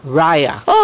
raya